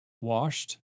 washed